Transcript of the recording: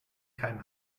kein